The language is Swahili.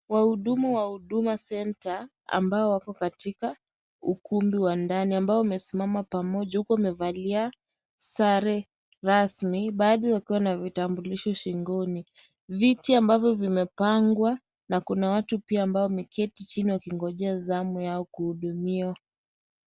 Wahudumu wa huduma centre ambao wako katika ukumbi wa ndani, ambao wamesimama pamoja huku wamevalia sare rasmi, baadhi wakiwa na vitambulisho shingoni. Viti ambavyo vimepangwa na kuna watu ambao pia wameketi chini wakingojea zamu yao kuhudumiwa.